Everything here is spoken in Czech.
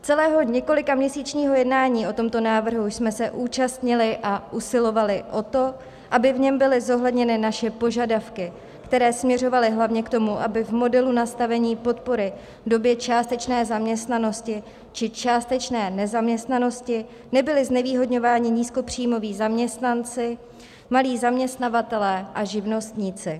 Celého několikaměsíčního jednání o tomto návrhu jsme se účastnili a usilovali o to, aby v něm byly zohledněny naše požadavky, které směřovaly hlavně k tomu, aby v modelu nastavení podpory v době částečné zaměstnanosti či částečné nezaměstnanosti nebyli znevýhodňováni nízkopříjmoví zaměstnanci, malí zaměstnavatelé a živnostníci.